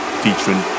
featuring